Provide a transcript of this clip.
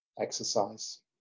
Exercise